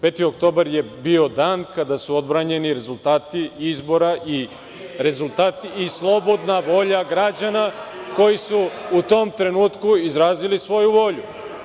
Peti oktobar je bio dan kada su odbranjeni rezultati izbora i slobodna volja građana koji su u tom trenutku izrazili svoju volju.